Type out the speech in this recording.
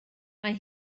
mae